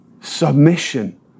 submission